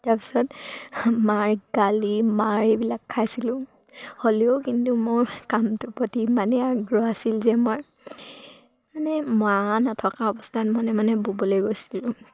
তাৰপিছত মাৰ গালি মাৰ এইবিলাক খাইছিলোঁ হ'লেও কিন্তু মোৰ কামটোৰ প্ৰতি ইমানে আগ্ৰহ আছিল যে মই মানে মা নথকা অৱস্থাত মনে মনে ব'বলৈ গৈছিলোঁ